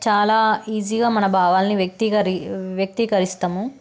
చాలా ఈజిగా మన భావాల్ని వ్యక్తీకరి వ్యక్తీకరిస్తాము